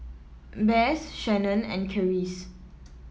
Besse Shannen and Karis